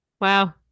wow